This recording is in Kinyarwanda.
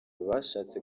bashatse